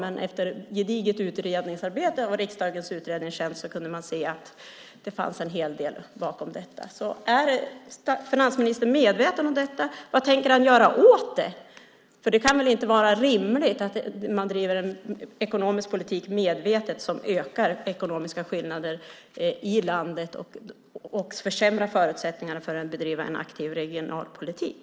Men efter gediget utredningsarbete av riksdagens utredningstjänst kunde man se att det fanns en hel del bakom detta. Är finansministern medveten om detta? Vad tänker han göra åt det? Det kan väl inte vara rimligt att man medvetet bedriver en ekonomisk politik som ökar de ekonomiska skillnaderna i landet och försämrar förutsättningarna för att bedriva en aktiv regionalpolitik?